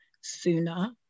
sooner